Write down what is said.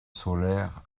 solaire